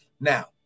Now